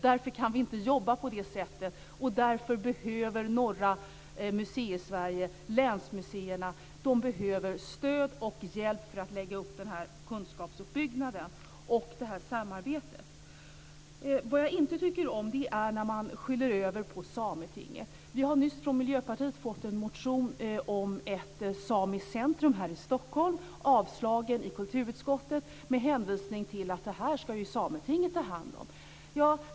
Därför kan vi inte jobba på det sättet, och därför behöver norra Museisverige, länsmuseerna, stöd och hjälp för att lägga upp en kunskapsuppbyggnad och ett samarbete. Jag tycker inte om när man skyller på Sametinget. Miljöpartiet har nyss fått en motion om ett samiskt centrum här i Stockholm avslagen i kulturutskottet med hänvisning till att det är något som Sametinget ska ta hand om.